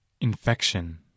Infection